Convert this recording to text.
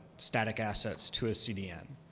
static assets to cdn.